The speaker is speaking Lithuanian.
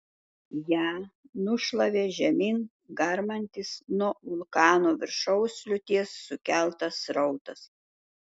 ją nušlavė žemyn garmantis nuo vulkano viršaus liūties sukeltas srautas